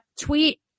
tweet